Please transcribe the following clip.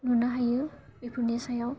नुनो हायो बेफोरनि सायाव